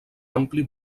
ampli